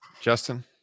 Justin